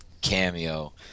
cameo